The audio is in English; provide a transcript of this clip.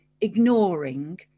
ignoring